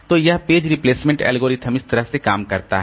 तो यह page replacement algorithm इस तरह से काम करता है